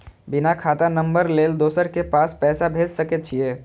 बिना खाता नंबर लेल दोसर के पास पैसा भेज सके छीए?